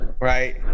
right